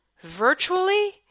virtually